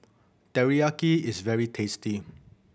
teriyaki is very tasty